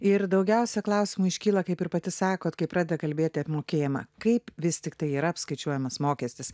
ir daugiausia klausimų iškyla kaip ir pati sakot kai pradeda kalbėti apmokėjimą kaip vis tiktai yra apskaičiuojamas mokestis